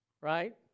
right